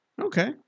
Okay